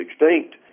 extinct